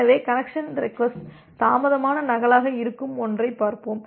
எனவே connection request தாமதமான நகலாக இருக்கும் ஒன்றைப் பார்ப்போம்